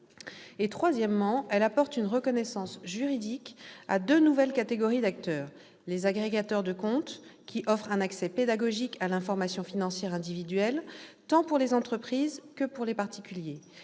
Troisièmement, elle apporte une reconnaissance juridique à deux nouvelles catégories d'acteurs : les agrégateurs de comptes, qui offrent un accès pédagogique à l'information financière individuelle tant pour les entreprises que pour les particuliers